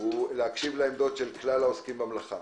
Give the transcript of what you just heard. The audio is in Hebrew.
הוא להקשיב לעמדות של כלל העוסקים במלאכה